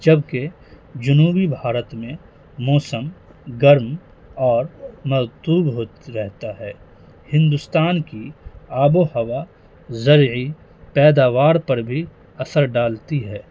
جبکہ جنوبی بھارت میں موسم گرم اور مرطوب ہو رہتا ہے ہندوستان کی آب و ہوا ذرعی پیداوار پر بھی اثر ڈالتی ہے